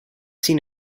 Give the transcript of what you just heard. seen